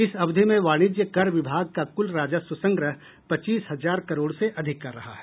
इस अवधि में वाणिज्य कर विभाग का कुल राजस्व संग्रह पच्चीस हजार करोड़ से अधिक का रहा है